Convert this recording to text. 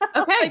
Okay